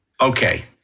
Okay